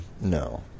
No